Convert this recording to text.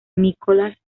nicolás